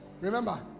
remember